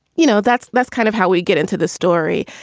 you know, that's that's kind of how we get into this story.